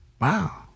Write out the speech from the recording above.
Wow